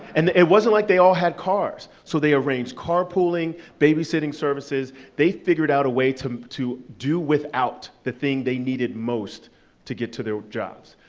and it wasn't like they all had cars. so they arranged car pooling, babysitting services. they figured out a way to um to do without the thing they needed most to get to their jobs.